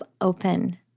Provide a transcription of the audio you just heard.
open